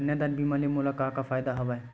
कन्यादान बीमा ले मोला का का फ़ायदा हवय?